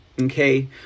okay